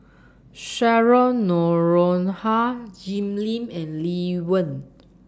Cheryl Noronha Jim Lim and Lee Wen